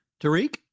Tariq